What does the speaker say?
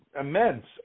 immense